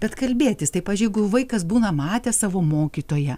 bet kalbėtis tai pavyzdžiui jeigu vaikas būna matęs savo mokytoją